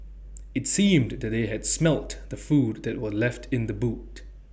IT seemed that they had smelt the food that were left in the boot